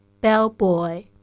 Bellboy